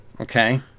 okay